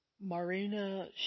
Marina